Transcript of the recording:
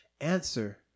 answer